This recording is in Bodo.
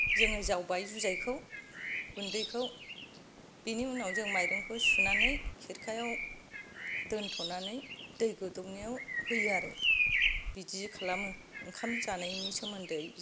जोङो जावबाय जुजायखौ गुन्दैखौ बिनि उनाव जों माइरंखौ सुनानै खेरखायाव दोन्थ'नानै दै गुदुंनियाव होयो आरो बिदि खालामो ओंखाम जानायनि सोमोन्दै